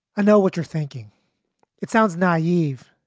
i know what you're thinking it sounds naive,